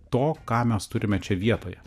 to ką mes turime čia vietoje